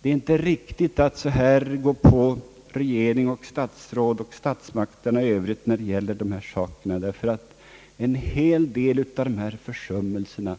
Det är inte riktigt att angripa statsrådet, regeringen och statsmakterna i övrigt när det gäller dessa saker, ty en hel del av dessa försummelser